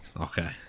Okay